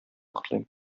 котлыйм